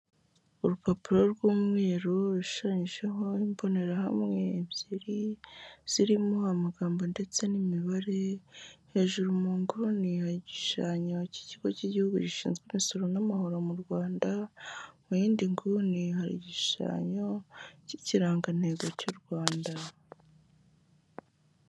Urupapuro rw'umweru rushushanyijeho imbonerahamwe ebyiri zirimo amagambo ndetse n'imibare, hejuru mu nguni hari igishushanyo cy'ikigo cy'igihugu gishinzwe imisoro n'amahoro m'u Rwanda, mu y'indi nguni hari igishushanyo cy'ikirangantego cy'u Rwanda.